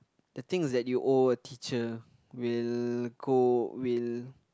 the things that you owe a teacher will go will